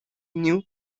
new